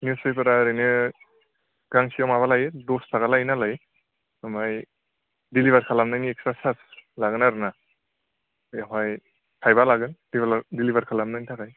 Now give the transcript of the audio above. news पेपारा ओरैनो गांसेयाव माबा लायो दस थाखा लायो नालाय ओमफाय डिलिभार खालामनायनि एक्सट्रा सार्स लागोन आरो ना बेवहाय थाइबा लागोन डिलिभार खालामनायनि थाखाय